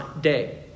day